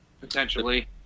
potentially